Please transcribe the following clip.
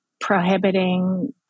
prohibiting